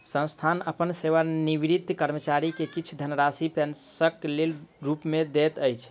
संस्थान अपन सेवानिवृत कर्मचारी के किछ धनराशि पेंशन के रूप में दैत अछि